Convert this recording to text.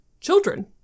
children